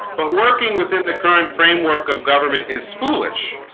but working within the current framework of government is foolish